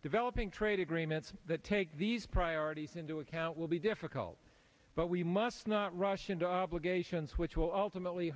developing trade agreements that take these priorities into account will be difficult but we must not rush into obligations which will ultimately